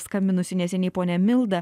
skambinusi neseniai ponia milda